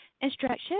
Instructions